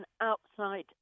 outside